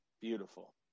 Beautiful